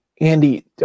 Andy